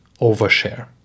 overshare